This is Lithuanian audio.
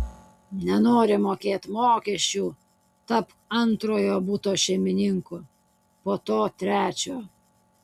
nenori mokėt mokesčių tapk antrojo buto šeimininku po to trečio